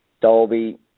Dolby